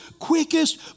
quickest